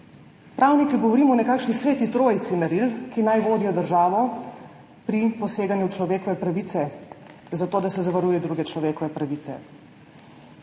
Pravniki govorimo o nekakšni sveti trojici meril, ki naj vodijo državo pri poseganju v človekove pravice zato, da se zavaruje druge človekove pravice.